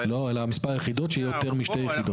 לא, על מספר היחידות שהוא יותר משתי יחידות.